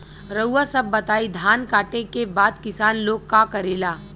रउआ सभ बताई धान कांटेके बाद किसान लोग का करेला?